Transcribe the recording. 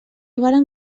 varen